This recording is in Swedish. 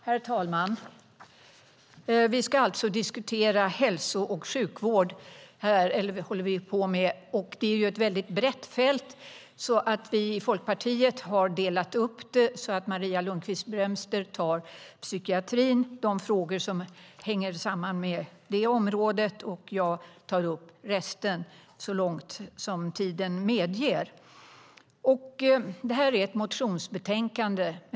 Herr talman! Vi diskuterar alltså hälso och sjukvård, och det är ett väldigt brett fält. Därför har vi i Folkpartiet delat upp det så att Maria Lundqvist-Brömster tar psykiatrin och de frågor som hänger samman med det området, och jag tar upp resten så långt som tiden medger. Det här är ett motionsbetänkande.